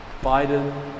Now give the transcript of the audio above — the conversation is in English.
Biden